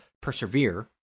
persevere